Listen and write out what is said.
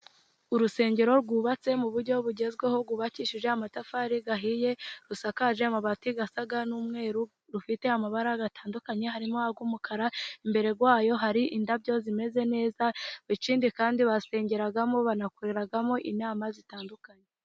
Urusengero rwubatse mu buryo bugezweho, rwubakishije amatafari ahiye, rusakaje amabati asa n'umweru, rufite amabara atandukanye harimo ay' umukara, imbere wayo hari indabyo zimeze neza, ikindi kandi basengeramo banakoreramo inama zitandukanye.